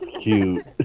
cute